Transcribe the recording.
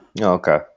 Okay